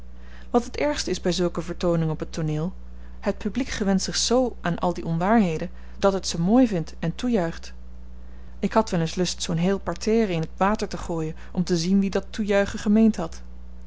wat het ergste is by zulke vertooningen op het tooneel het publiek gewent zich z aan al die onwaarheden dat het ze mooi vindt en toejuicht ik had weleens lust zoo'n heel parterre in t water te gooien om te zien wie dat toe juichen gemeend had